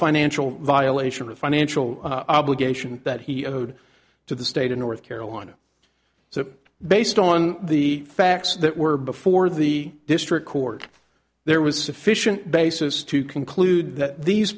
financial violation of financial obligation that he owed to the state of north carolina so based on the facts that were before the district court there was sufficient basis to conclude that these